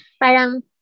parang